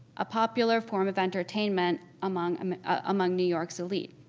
a popular form of entertainment among um among new york's elite.